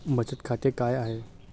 बचत खाते काय आहे?